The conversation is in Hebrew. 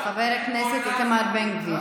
חבר הכנסת איתמר בן גביר.